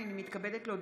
הינני מתכבדת להודיעכם,